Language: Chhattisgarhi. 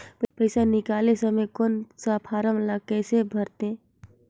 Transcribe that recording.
पइसा निकाले समय कौन सा फारम ला कइसे भरते?